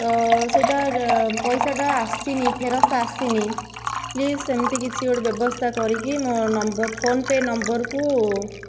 ତ ସେଇଟା ପଇସାଟା ଆସିନି ଫେରସ୍ତ ଆସିନି ପ୍ଲିଜ୍ ସେମିତି କିଛି ଗୋଟେ ବ୍ୟବସ୍ଥା କରିକି ମୋ ନମ୍ବର୍ ଫୋନ୍ପେ' ନମ୍ବର୍କୁ